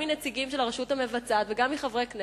גם מנציגים של הרשות המבצעת וגם מחברי הכנסת.